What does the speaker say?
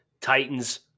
Titans